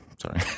sorry